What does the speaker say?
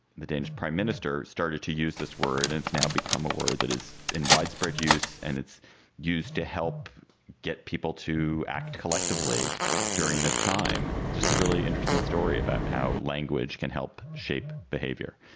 the danish prime minister, started to use this word, and it's now become a word that is in widespread use and it's used to help get people to act collectively during this time. just a really interesting story about how language can help shape behavior.